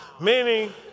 meaning